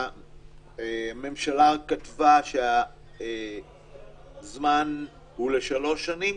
הממשלה כתבה שהזמן הוא שלוש שנים,